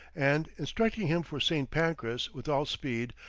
and, instructing him for st. pancras with all speed,